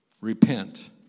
Repent